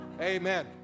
Amen